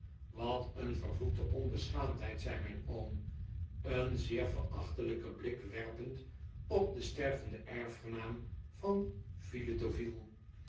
wat een vervloekte onbeschaamdheid zei mijn oom een zeer verachtelijken blik werpend op den stervenden erfgenaam van